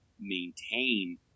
maintain